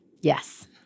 Yes